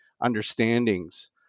understandings